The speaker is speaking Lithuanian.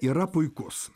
yra puikus